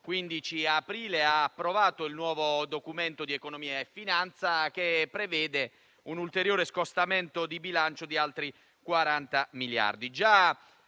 15 aprile ha approvato il nuovo Documento di economia e finanza che prevede un ulteriore scostamento di bilancio di altri 40 miliardi.